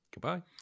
Goodbye